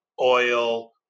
oil